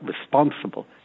responsible